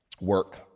Work